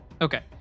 okay